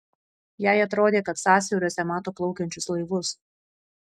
jai atrodė kad sąsiauriuose mato plaukiančius laivus